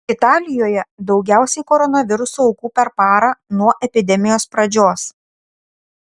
italijoje daugiausiai koronaviruso aukų per parą nuo epidemijos pradžios